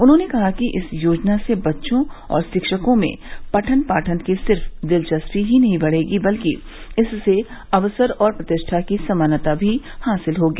उन्होंने कहा कि इस योजना से बच्चों और शिक्षकों में पठन पाठन की सिर्फ दिलचस्पी ही नहीं पैदा होगी बल्कि इससे अवसर और प्रतिष्ठा की समानता भी हासिल होगी